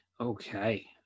Okay